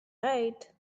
right